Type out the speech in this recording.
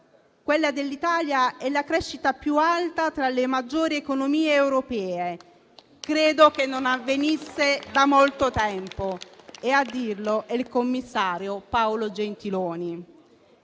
Quella dell'Italia è la crescita più alta tra le maggiori economie europee e credo che non avvenisse da molto tempo. A dirlo è il commissario Paolo Gentiloni.